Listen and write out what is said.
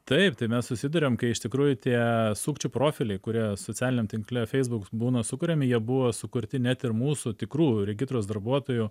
taip tai mes susiduriam kai iš tikrųjų tie sukčių profiliai kurie socialiniam tinkle feisbuk būna sukuriami jie buvo sukurti net ir mūsų tikrųjų regitros darbuotojų